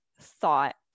thought